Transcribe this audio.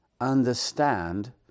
understand